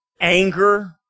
anger